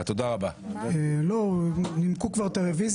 4 בינואר 2022. על סדר-היום מספר